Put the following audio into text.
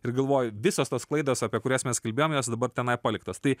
ir galvoju visos tos klaidos apie kurias mes kalbėjomės dabar tenai paliktos tai